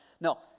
No